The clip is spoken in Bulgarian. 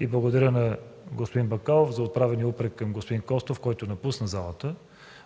Благодаря на господин Бакалов за отправения упрек към господин Костов, който напусна залата,